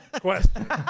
question